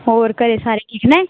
ਹੋਰ ਘਰੇ ਸਾਰੇ ਠੀਕ ਨੇ